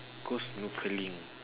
go snorkeling